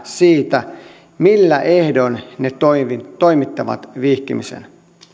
siitä millä ehdoin ne toimittavat vihkimisen